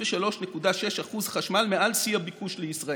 33.6% חשמל מעל שיא הביקוש לישראל.